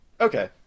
okay